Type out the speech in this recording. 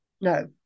no